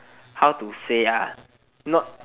how to say not